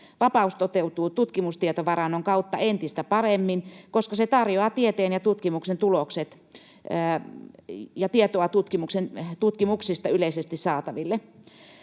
Vapaus toteutuu tutkimustietovarannon kautta entistä paremmin, koska se tarjoaa tieteen ja tutkimuksen tulokset ja tietoa